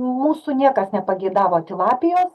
mūsų niekas nepageidavo tilapijos